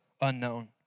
unknown